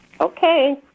Okay